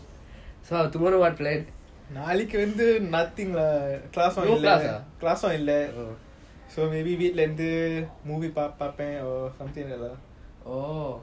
so tomorrow what plan no class ah orh